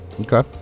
Okay